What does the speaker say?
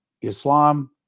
Islam